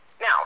Now